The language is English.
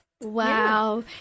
wow